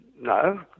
No